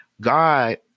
God